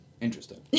interesting